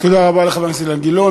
תודה רבה לחבר הכנסת אילן גילאון.